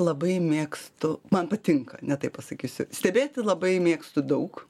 labai mėgstu man patinka ne taip pasakysiu stebėti labai mėgstu daug